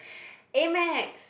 A Max